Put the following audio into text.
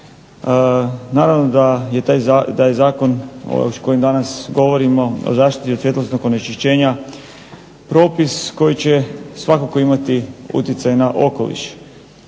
Naravno da je zakon o kojem danas govorimo, o zaštiti od svjetlosnog onečišćenja, propis koji će svakako imati utjecaj na okoliš.